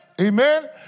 Amen